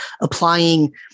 applying